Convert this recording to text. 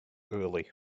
early